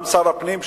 גם שר הפנים,